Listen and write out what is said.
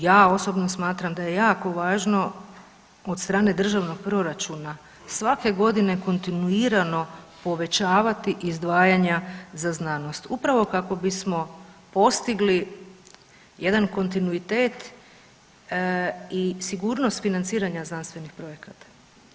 Ja osobno smatram da je jako važno od strane državnog proračuna svake godine kontinuirano povećavati izdvajanja za znanost upravo kako bismo postigli jedan kontinuitet i sigurnost financiranja znanstvenih projekata.